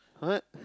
what